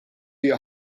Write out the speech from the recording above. your